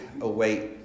await